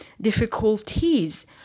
difficulties